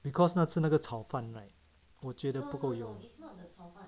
because 那次那个炒饭 right 我觉得不够